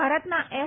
ભારતના એસ